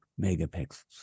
megapixels